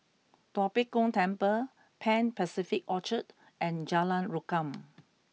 Tua Pek Kong Temple Pan Pacific Orchard and Jalan Rukam